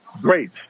great